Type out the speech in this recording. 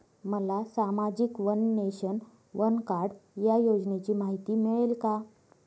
मला सामाजिक one nation, one card या योजनेची माहिती मिळेल का?